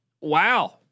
wow